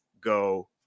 go